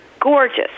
gorgeous